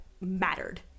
mattered